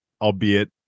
albeit